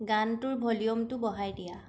গানটোৰ ভলিউমটো বঢ়াই দিয়া